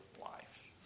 life